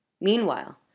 meanwhile